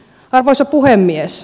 arvoisa puhemies